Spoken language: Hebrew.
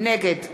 נגד